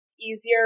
easier